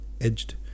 edged